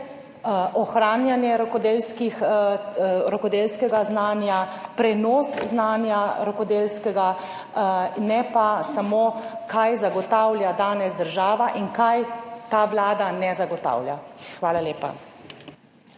ohranjanje rokodelskega znanja, prenos znanja rokodelskega ne pa samo kaj zagotavlja danes država in kaj ta Vlada ne zagotavlja. Hvala lepa.